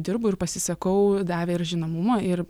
dirbu ir pasisakau davė ir žinomumo ir